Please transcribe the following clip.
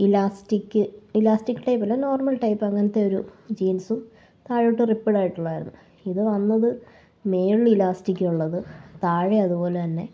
elastic elastic ടൈപ്പല്ല normal type അങ്ങനെത്തെയൊരു ജീന്സ്സും താഴോട്ട് റിപ്പ്ഡ് ആയിട്ടുള്ളതായിരുന്നു ഇത് വന്നത് മുകളിൽ ഇലാസ്റ്റിക്കുള്ളത് താഴെ അതുപോലെത്തന്നെ